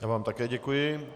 Já vám také děkuji.